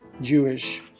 Jewish